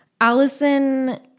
Allison